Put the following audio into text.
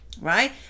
Right